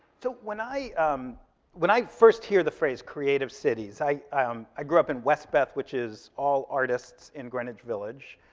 so when i um when i first hear the phrase creative cities, i i um grew up in westbeth, which is all artists in greenwich village.